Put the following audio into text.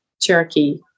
Cherokee